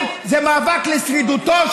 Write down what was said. מי הביא את המפכ"ל,